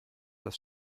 das